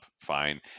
fine